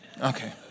Okay